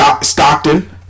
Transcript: Stockton